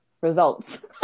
Results